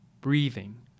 breathing